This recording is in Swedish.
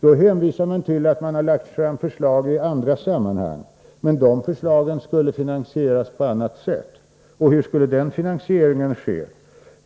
Folkpartiet hänvisade till att man hade lagt fram förslag i andra sammanhang. De förslagen skulle emellertid finansieras på annat sätt. Och hur skulle den finansieringen ske?